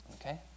Okay